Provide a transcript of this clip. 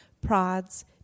prods